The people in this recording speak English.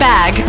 Bag